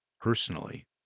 personally